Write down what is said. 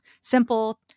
Simple